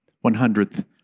one-hundredth